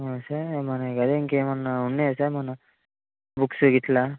sir మన అదే ఇంకా ఏమన్న ఉన్నాయా సార్ మన బుక్సు గిట్లా